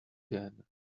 again